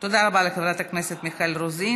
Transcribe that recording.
תודה רבה לחברת הכנסת מיכל רוזין.